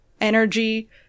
energy